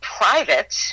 private